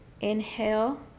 Inhale